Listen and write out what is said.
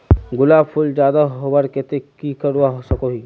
गुलाब फूल ज्यादा होबार केते की करवा सकोहो ही?